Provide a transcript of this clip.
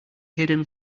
hidden